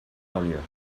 earlier